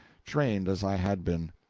trained as i had been.